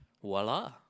voila